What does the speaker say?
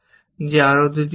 যে আরো দুটি কর্ম